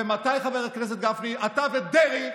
ומתי, חבר הכנסת גפני, אתה ודרעי,